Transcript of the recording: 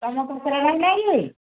ତୁମ